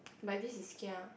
but this is kia